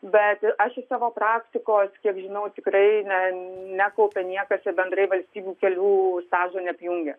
bet aš iš savo praktikos kiek žinau tikrai ne nekaupia niekas ir bendrai valstybių kelių stažų neapjungia